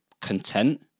content